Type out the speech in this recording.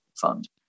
fund